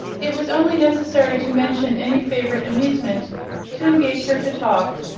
it was only necessary to mention any favourite amusement to engage her to talk.